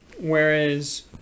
whereas